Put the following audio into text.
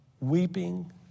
weeping